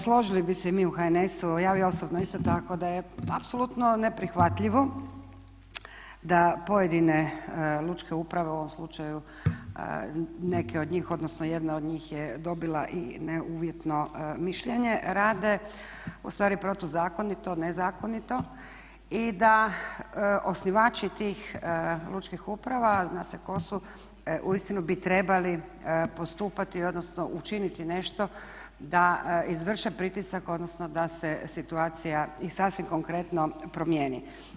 Složili bi se mi u HNS-u, ja osobno isto tako da je apsolutno neprihvatljivo da pojedine lučke uprave, u ovom slučaju neke od njih, odnosno jedna od njih je dobila i neuvjetno mišljenje, rade ustvari protuzakonito, nezakonito i da osnivači tih lučkih uprava a zna se tko su uistinu bi trebali postupati odnosno učiniti nešto da izvrše pritisak odnosno da se situacija i sasvim konkretno promijeni.